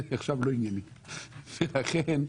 לכן,